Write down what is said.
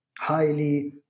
highly